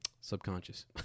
Subconscious